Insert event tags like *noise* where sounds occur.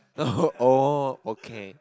*laughs* oh okay